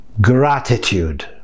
gratitude